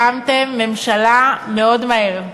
הקמתם ממשלה מאוד מהר,